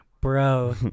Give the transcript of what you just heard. Bro